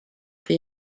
the